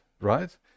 right